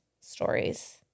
stories